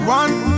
one